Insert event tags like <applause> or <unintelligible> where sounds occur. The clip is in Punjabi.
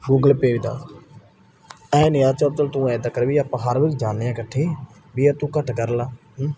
ਗੁਗਲ ਪੇ ਦਾ <unintelligible> ਇੱਦਾਂ ਕਰ ਵੀ ਆਪਾਂ ਹਰ ਵਾਰ ਜਾਂਦੇ ਹਾਂ ਇਕੱਠੇ ਵੀ ਯਾਰ ਤੂੰ ਘੱਟ ਕਰ ਲਾ